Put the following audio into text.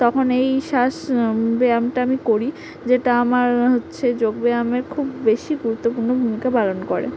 তখন এই শ্বাস ব্যায়ামটা আমি করি যেটা আমার হচ্ছে যোগ ব্যায়ামের খুব বেশি গুরুত্বপূর্ণ ভূমিকা পালন করে